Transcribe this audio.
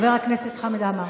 חבר הכנסת חמד עמאר.